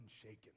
unshaken